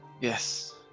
Yes